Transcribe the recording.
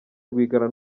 rwigara